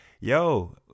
yo